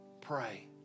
pray